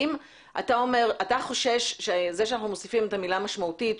אתה חושש שזה שאנחנו מוסיפים את המילה 'משמעותית',